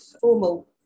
formal